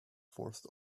forced